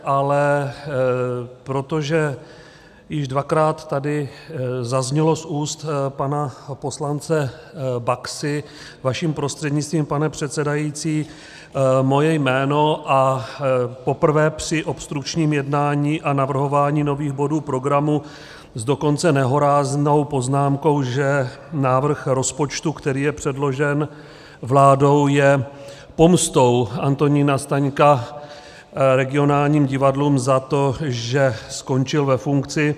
Ale protože již dvakrát tady zaznělo z úst pana poslance Baxy vaším prostřednictvím, pane předsedající, moje jméno, a poprvé při obstrukčním jednání a navrhování nových bodů programu s dokonce nehoráznou poznámkou, že návrh rozpočtu, který je předložen vládou, je pomstou Antonína Staňka regionálním divadlům za to, že skončil ve funkci.